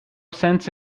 sense